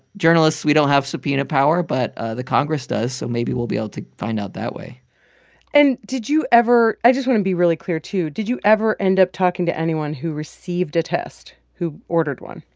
journalists we don't have subpoena power, but the congress does. so maybe we'll be able to find out that way and did you ever i just want to be really clear, too. did you ever end up talking to anyone who received a test who ordered one?